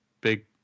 big